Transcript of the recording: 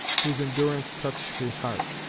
whose endurance touched his heart.